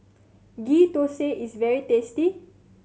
Ghee Thosai is very tasty